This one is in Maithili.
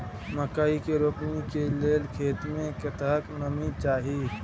मकई के रोपनी के लेल खेत मे कतेक नमी चाही?